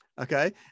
okay